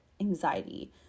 anxiety